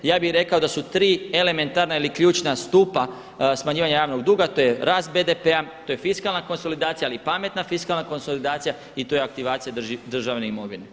Ja bih rekao da su tri elementarna ili ključna stupa smanjivanja javnog duga, to je rast BDP-a, to je fiskalna konsolidacija ali pametna fiskalna konsolidacija i to je aktivacija državne imovine.